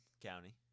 County